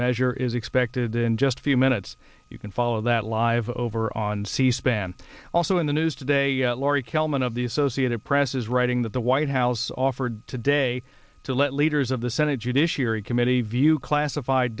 measure is expected in just a few minutes you can follow that live over on c span also in the news today laurie kellman of the associated press is writing that the white house offered today to let leaders of the senate judiciary committee view classified